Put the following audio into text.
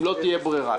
אם לא תהיה ברירה.